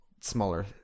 smaller